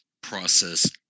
process